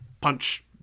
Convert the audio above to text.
punch